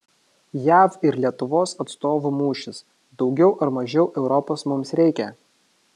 jav ir lietuvos atstovų mūšis daugiau ar mažiau europos mums reikia